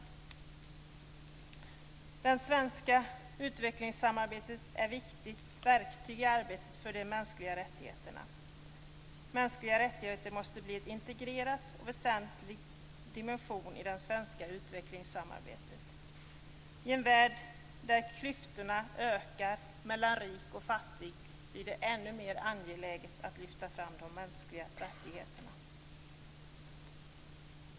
Det svenska utvecklingssamarbetet är ett viktigt verktyg i arbetet för de mänskliga rättigheterna. Mänskliga rättigheter måste bli en integrerad och väsentlig dimension i det svenska utvecklingssamarbetet. I en värld där klyftorna ökar mellan rik och fattig blir det ännu mer angeläget att lyfta fram de mänskliga rättigheterna.